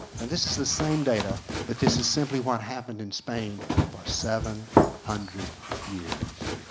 and this is the same data but this is simply what happened in spain for seven hundred years.